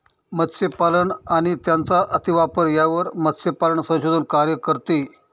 मत्स्यपालन आणि त्यांचा अतिवापर यावर मत्स्यपालन संशोधन कार्य करते